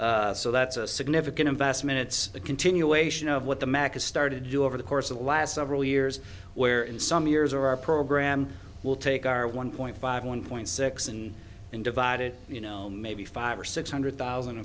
so that's a significant investment it's a continuation of what the mcas started you over the course of the last several years where in some years our program will take our one point five one point six and divide it you know maybe five or six hundred thousand